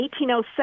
1807